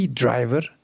driver